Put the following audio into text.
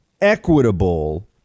equitable